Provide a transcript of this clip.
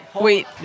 Wait